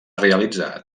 realitzar